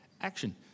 action